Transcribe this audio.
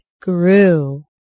grew